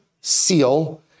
seal